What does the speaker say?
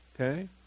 Okay